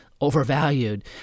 Overvalued